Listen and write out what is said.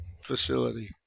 facility